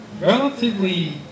Relatively